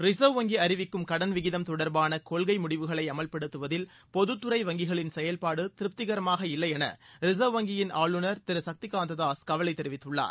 reserve வங்கி அறிவிக்கும் கடன் விகிதம் தொடா்பாள கொள்கை முடிவுகளை அமல்படுத்துவதில் பொதத்துறை வங்கிகளின் செயல்பாடு திருப்திகரமாக இல்லையென ரிசர்வ் வங்கியின் ஆளுநர் திரு சக்திகாந்த தாஸ் கவலை தெரிவித்துள்ளார்